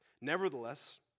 Nevertheless